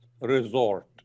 resort